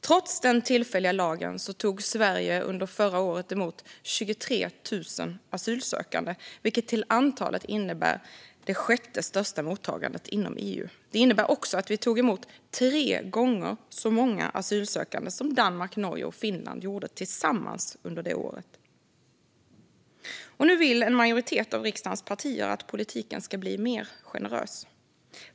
Trots den tillfälliga lagen tog Sverige under förra året emot 23 000 asylsökande, vilket till antalet är det sjätte största mottagandet inom EU. Det innebär också att vi tog emot tre gånger så många asylsökande som Danmark, Norge och Finland tillsammans under det året. Nu vill en majoritet av riksdagens partier att politiken ska bli mer generös.